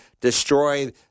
destroy